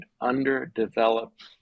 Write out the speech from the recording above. underdeveloped